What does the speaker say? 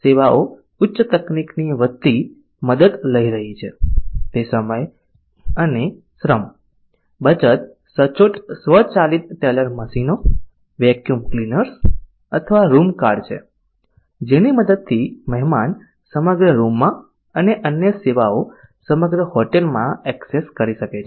સેવાઓ ઉચ્ચ તકનીકની વધતી મદદ લઈ રહી છે તે સમય અને શ્રમ બચત સચોટ સ્વચાલિત ટેલર મશીનો વેક્યુમ ક્લીનર્સ અથવા રૂમ કાર્ડ છે જેની મદદથી મહેમાન સમગ્ર રૂમમાં અને અન્ય સેવાઓ સમગ્ર હોટેલમાં એક્સેસ કરી શકે છે